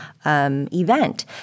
event